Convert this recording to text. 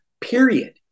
period